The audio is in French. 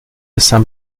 saint